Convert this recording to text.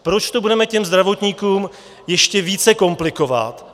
Proč to budeme těm zdravotníkům ještě více komplikovat?